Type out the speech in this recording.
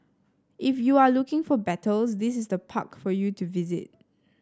if you're looking for battles this is the park for you to visit